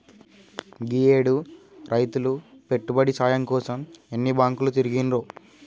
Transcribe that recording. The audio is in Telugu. గీయేడు రైతులు పెట్టుబడి సాయం కోసం ఎన్ని బాంకులు తిరిగిండ్రో